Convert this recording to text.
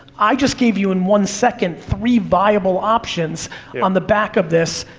i just gave you in one second three viable options on the back of this,